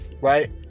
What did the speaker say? right